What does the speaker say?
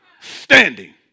standing